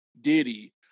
Diddy